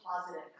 positive